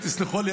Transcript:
ותסלחו לי,